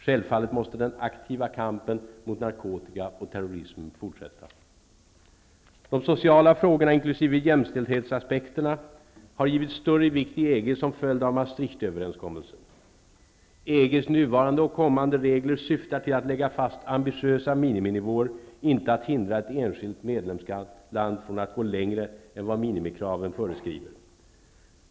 Självfallet måste den aktiva kampen mot narkotika och terrorism fortsätta. jämställdhetsaspekterna har givits större vikt i EG som följd av Maastricht-överenskommelsen. EG:s nuvarande och kommande regler syftar till att lägga fast ambitiösa miniminivåer, inte att hindra ett enskilt medlemsland från att gå längre än vad minimikraven föreskriver.